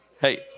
Hey